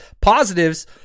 Positives